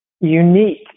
unique